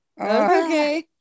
Okay